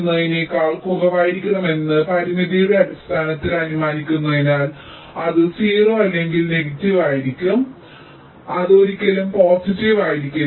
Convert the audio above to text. എന്നതിനേക്കാൾ കുറവായിരിക്കുമെന്ന പരിമിതിയുടെ അടിസ്ഥാനത്തിൽ അനുമാനിക്കുന്നതിനാൽ അത് 0 അല്ലെങ്കിൽ നെഗറ്റീവ് ആയിരിക്കും അത് ഒരിക്കലും പോസിറ്റീവായിരിക്കില്ല